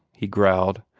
he growled.